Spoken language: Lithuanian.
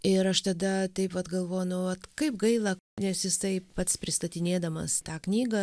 ir aš tada taip vat galvoju nu vat kaip gaila nes jisai pats pristatinėdamas tą knygą